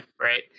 right